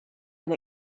been